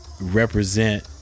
Represent